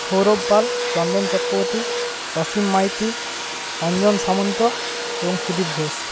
সৌরভ পাল চন্দন চক্রবর্তী অসীম মাইতি অঞ্জন সামন্ত এবং সুদীপ ঘোষ